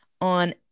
on